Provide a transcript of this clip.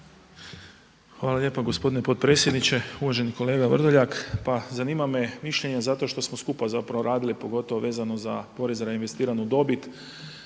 Hvala lijepo gospodine potpredsjedniče. Uvaženi kolega Vrdoljak. Pa zanima me mišljenje zato što smo skupa radili pogotovo vezano za porez na reinvestiranu dobit.